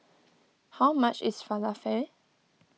how much is Falafel